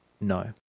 No